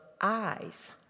eyes